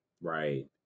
right